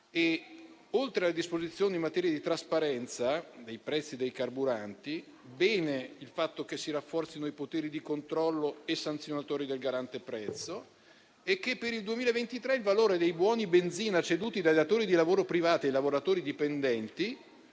Oltre alle disposizioni in materia di trasparenza dei prezzi dei carburanti, è positivo il fatto che si rafforzino i poteri di controllo e sanzionatori del Garante sui prezzi e che per il 2023 il valore dei buoni benzina ceduti dai datori di lavoro privati e i lavoratori dipendenti